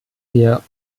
wir